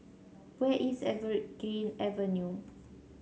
where is Evergreen Avenue